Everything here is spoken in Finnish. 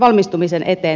valmistumisen eteen tehnyt